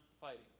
fighting